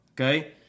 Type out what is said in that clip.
okay